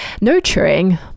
nurturing